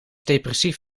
depressief